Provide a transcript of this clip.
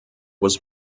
was